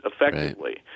effectively